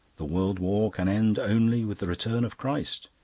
the world war can end only with the return of christ,